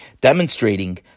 demonstrating